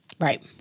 Right